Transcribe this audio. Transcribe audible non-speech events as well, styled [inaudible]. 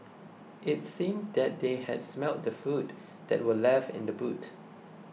it seemed that they had smelt the food [noise] that were left in the boot